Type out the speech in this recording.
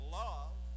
love